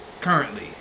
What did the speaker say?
currently